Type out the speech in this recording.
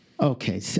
Okay